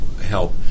help